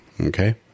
Okay